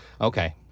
Okay